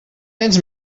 tens